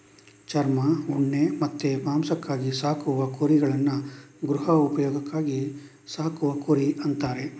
ಚರ್ಮ, ಉಣ್ಣೆ ಮತ್ತೆ ಮಾಂಸಕ್ಕಾಗಿ ಸಾಕುವ ಕುರಿಗಳನ್ನ ಗೃಹ ಉಪಯೋಗಕ್ಕಾಗಿ ಸಾಕುವ ಕುರಿ ಅಂತಾರೆ